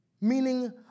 meaning